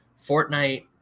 fortnite